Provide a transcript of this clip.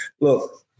look